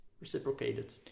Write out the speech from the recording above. reciprocated